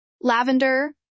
Lavender